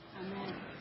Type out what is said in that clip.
Amen